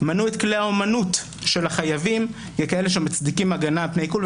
מנו את כלי האומנות של החייבים ככאלה שמצדיקים הגנה מפני עיקול.